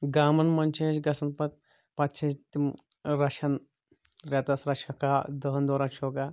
گامَن منٛز چھِ أسۍ گژھان پَتہٕ پَتہٕ چھِ أسۍ تِم رَچھَان رٮ۪تَس رَچھان ہَکھا دہَن دۄہَن رَچھ ہوکھا